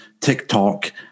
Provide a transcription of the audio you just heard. TikTok